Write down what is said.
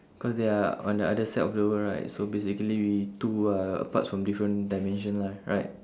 cause they are on the other side of the world right so basically we two are apart from different dimension lah right